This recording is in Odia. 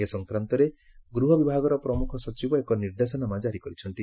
ଏ ସଂକ୍ରାନ୍ତରେ ଗୃହବିଭାଗର ପ୍ରମୁଖ ସଚିବ ଏକ ନିର୍ଦ୍ଦେଶାନାମା କାରି କରିଛନ୍ତି